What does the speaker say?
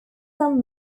some